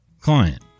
Client